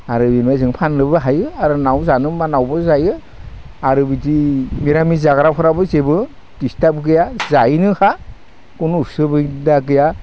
आरो बिनिफ्राय जों फाननोबो हायो आरो न'आव जानो मानोबो जायो आरो बिदि मिरामिस जाग्राफोराबो जेबो डिसताब गैया जायोनोखा कुनु उसुबिदा गैया